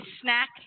snack